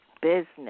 Business